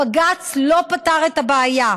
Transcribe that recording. הבג"ץ לא פתר את הבעיה.